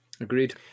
Agreed